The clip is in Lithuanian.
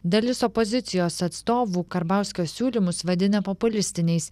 dalis opozicijos atstovų karbauskio siūlymus vadina populistiniais